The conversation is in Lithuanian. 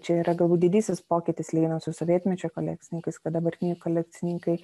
čia yra gal būt didysis pokytis lyginant su sovietmečio kolekcininkais kad dabartiniai kolekcininkai